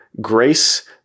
grace